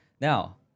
Now